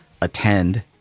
attend